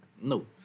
No